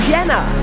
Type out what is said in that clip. Jenna